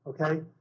okay